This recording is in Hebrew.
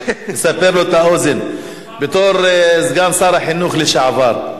לסבר לו את האוזן בתור סגן שר החינוך לשעבר.